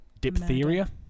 diphtheria